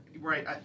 right